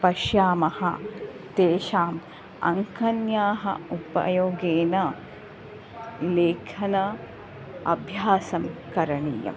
पश्यामः तेषां अङ्कन्याः उपयोगेन लेखन अभ्यासं करणीयं